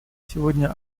сегодня